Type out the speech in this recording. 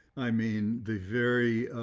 i mean, the very,